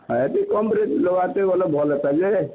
ହଁ ଏତ୍କି କମ୍ ରେଟ୍ ଲଗାତେ ବେଲେ ଭଲ୍ ହେତା ଯେ